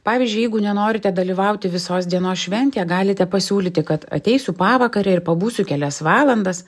pavyzdžiui jeigu nenorite dalyvauti visos dienos šventėje galite pasiūlyti kad ateisiu pavakarę ir pabūsiu kelias valandas